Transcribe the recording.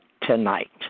tonight